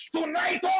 Tonight